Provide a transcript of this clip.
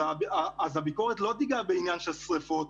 אז הביקורת לא תיגע בעניין של שרפות,